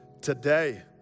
today